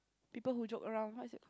people who joke around what is it